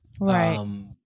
Right